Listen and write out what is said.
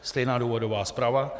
Stejná důvodová zpráva.